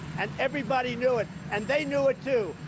and everybody knew it. and they knew it, too.